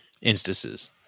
instances